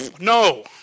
No